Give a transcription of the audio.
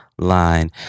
Line